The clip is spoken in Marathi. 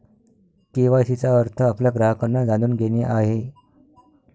के.वाई.सी चा अर्थ आपल्या ग्राहकांना जाणून घेणे आहे